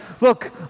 Look